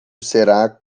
será